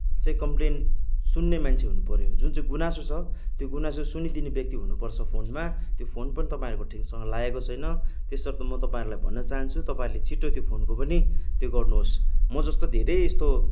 चाहिँ कम्प्लेन सुन्ने मान्छे हुनुपऱ्यो जुन चाहिँ गुनासो छ त्यो गुनासो सुनिदिने व्यक्ति हुनुपर्छ फोनमा त्यो फोन पनि तपाईँहरूको ठिकसँग लागेको छैन त्यसर्थ म तपाईँहरूलाई भन्न चाहन्छु तपाईँहरूले छिट्टो त्यो फोनको पनि त्यो गर्नुहोस् म जस्तो धेरै यस्तो